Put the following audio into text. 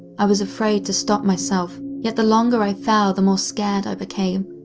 i was afraid to stop myself, yet the longer i fell, the more scared i became.